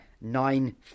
Nine